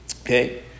Okay